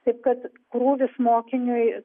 taip kad krūvis mokiniui